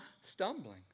stumbling